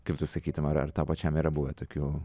kaip tu sakytum ar ar tau pačiam yra buvę tokių